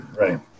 right